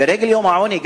לרגל יום העוני,